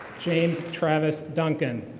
james travis dunkin.